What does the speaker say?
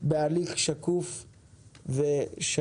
בהליך שקוף ושלם.